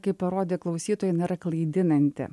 kaip parodė klausytojai jin yra klaidinanti